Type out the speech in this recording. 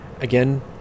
again